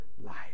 life